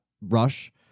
rush